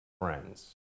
friends